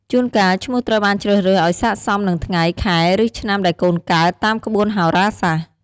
ជួនកាល ឈ្មោះត្រូវបានជ្រើសរើសឲ្យស័ក្តិសមនឹងថ្ងៃ ខែ ឬ ឆ្នាំដែលកូនកើត តាមក្បួនហោរាសាស្ត្រ។